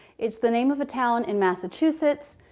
it's the name of a town in massachusetts.